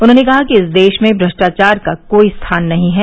उन्होंने कहा कि देश में भ्रष्टाचार का कोई स्थान नहीं है